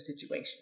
situation